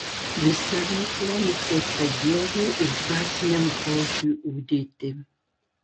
visa veikla nukreipta gėriui ir dvasiniam grožiui ugdyti